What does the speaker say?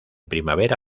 primavera